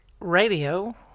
radio